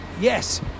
Yes